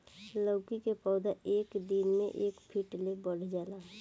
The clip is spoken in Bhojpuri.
लैकी के पौधा एक दिन मे एक फिट ले बढ़ जाला